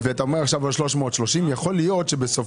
ואתה אומר עכשיו 330. יכול להיות שבסופו